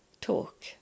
talk